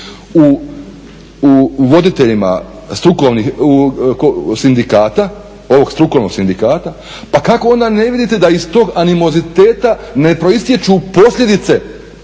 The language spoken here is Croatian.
u voditeljima strukovnih, sindikata, ovog strukovnog sindikata pa kako onda ne vidite da iz tog animoziteta ne proistječu posljedice